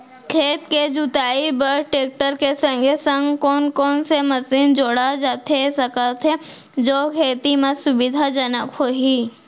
खेत के जुताई बर टेकटर के संगे संग कोन कोन से मशीन जोड़ा जाथे सकत हे जो खेती म सुविधाजनक होही?